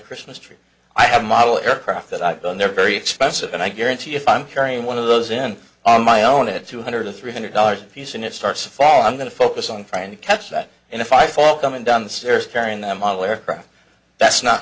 christmas tree i have a model aircraft that i've done they're very expensive and i guarantee if i'm carrying one of those in on my own a two hundred or three hundred dollars piece and it starts falling going to focus on trying to catch that and if i fall coming down the stairs carrying them all aircraft that's not